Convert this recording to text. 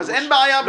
--- אז אין בעיה בכלל.